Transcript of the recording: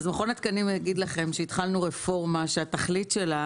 מכון התקנים יגיד לכם שהתחלנו רפורמה, שהתכלית שלה